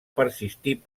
persistir